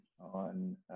on